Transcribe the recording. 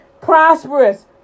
prosperous